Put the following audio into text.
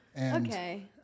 Okay